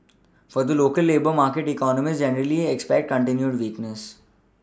for the local labour market economists generally expect continued weakness